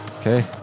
Okay